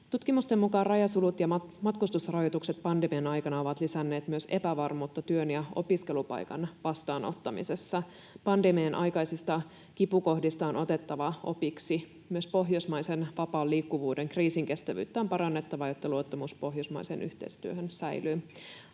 Tutkimusten mukaan rajasulut ja matkustusrajoitukset pandemian aikana ovat lisänneet myös epävarmuutta työn ja opiskelupaikan vastaanottamisessa. Pandemian aikaisista kipukohdista on otettava opiksi. Myös pohjoismaisen vapaan liikkuvuuden kriisinkestävyyttä on parannettava, jotta luottamus pohjoismaiseen yhteistyöhön säilyy.